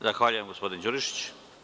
Zahvaljujem, gospodine Đurišiću.